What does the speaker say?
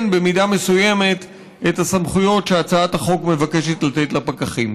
במידה מסוימת את הסמכויות שהצעת החוק מבקשת לתת לפקחים.